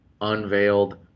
unveiled